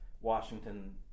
Washington